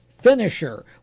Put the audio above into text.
finisher